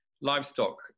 livestock